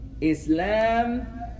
Islam